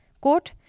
quote